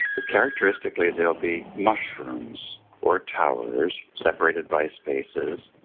but characteristically they'll be mushrooms or towers separated by spaces,